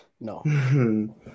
No